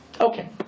Okay